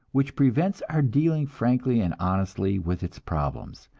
which prevents our dealing frankly and honestly with its problems,